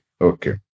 Okay